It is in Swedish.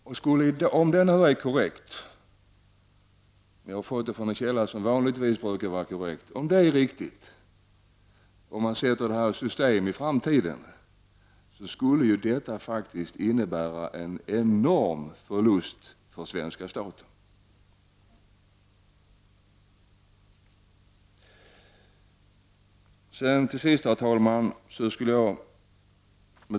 Om man i framtiden sätter detta i system, skulle det innebära en enorm förlust för svenska staten, om nu den uppgift som jag har fått från en vanligtvis väl underrättad källa är korrekt. Herr talman!